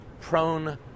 prone